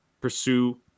pursue